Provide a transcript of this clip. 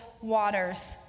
waters